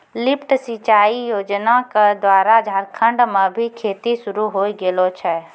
lift सिंचाई योजना क द्वारा झारखंड म भी खेती शुरू होय गेलो छै